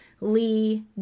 Lee